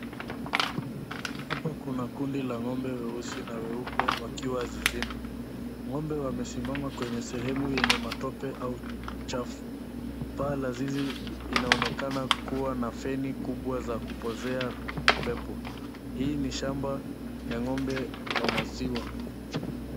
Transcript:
Hapa kuna kundi la ng'ombe weusi na weupe wakiwa zizini. Ng'ombe wamesimama kwenye sehemu yenye matope au uchafu. Paa la zizi inaonekana kuwa na feni kubwa za kupozea pepo. Hii ni shamba ya ng'ombe wa maziwa.